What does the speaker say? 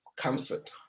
comfort